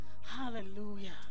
hallelujah